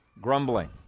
grumbling